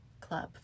club